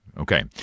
Okay